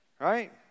right